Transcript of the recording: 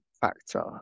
factor